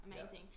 amazing